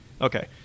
okay